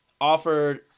offered